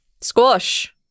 Squash